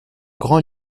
grand